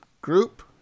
group